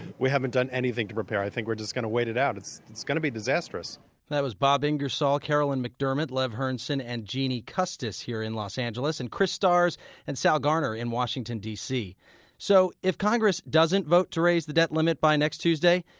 we haven't done anything to prepare i think we're just going to wait it out. it's it's going to be disastrous that was bob ingersoll, carolyn mcdermott, lev herrnson and jeanne custis here in los angeles, and chris starrs and sal garner in washington, d c so if congress doesn't vote to raise the debt limit by next tuesday,